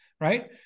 right